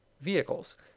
vehicles